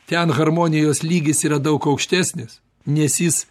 ten harmonijos lygis yra daug aukštesnis nes jis